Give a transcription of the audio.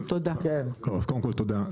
אז קודם כל תודה,